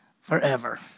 forever